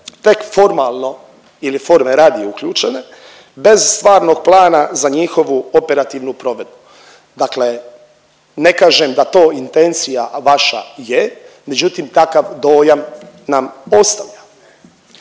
tek formalno ili forme radi uključene bez stvarnog plana za njihovu operativnu provedbu. Dakle, ne kažem da to intencija vaša je, međutim takav dojam nam ostavlja.